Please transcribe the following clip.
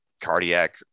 cardiac